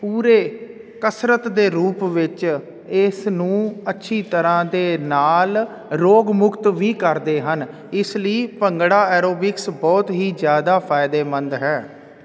ਪੂਰੇ ਕਸਰਤ ਦੇ ਰੂਪ ਵਿੱਚ ਇਸ ਨੂੰ ਅੱਛੀ ਤਰ੍ਹਾਂ ਦੇ ਨਾਲ ਰੋਗ ਮੁਕਤ ਵੀ ਕਰਦੇ ਹਨ ਇਸ ਲਈ ਭੰਗੜਾ ਐਰੋਬਿਕਸ ਬਹੁਤ ਹੀ ਜਿਆਦਾ ਫਾਇਦੇਮੰਦ ਹੈ